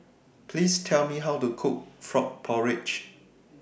Please Tell Me How to Cook Frog Porridge